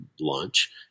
lunch